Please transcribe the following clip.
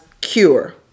cure